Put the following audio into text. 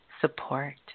support